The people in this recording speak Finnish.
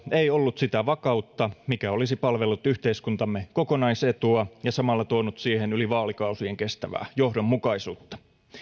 ei päätöksentekosektorilla ollut sitä vakautta joka olisi palvellut yhteiskuntamme kokonaisetua ja samalla tuonut siihen yli vaalikausien kestävää johdonmukaisuutta